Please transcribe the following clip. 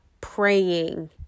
praying